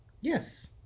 Yes